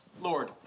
Lord